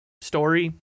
story